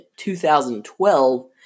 2012